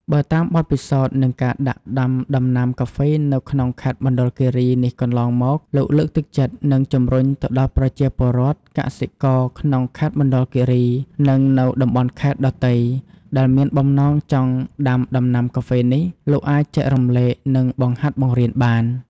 បើតាមបទពិសោធ និងការដាក់ដាំដំណាំកាហ្វេនៅក្នុងខេត្តមណ្ឌលគិរីនេះកន្លងមក លោកលើកទឹកចិត្ត និងជំរុញទៅដល់ប្រជាពលរដ្ឋ កសិករក្នុងខេត្តមណ្ឌលគិរី និងនៅតំបន់ខេត្តដ៏ទៃ ដែលមានបំណងចង់ដាំដំណាំកាហ្វេនេះលោកអាចចែករំលែក និងបង្ហាត់បង្រៀនបាន។